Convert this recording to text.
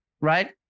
right